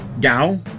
Gao